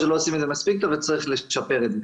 ויכול להיות שלא עושים את זה מספיק וצריך לשפר את זה.